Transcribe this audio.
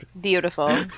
beautiful